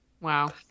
wow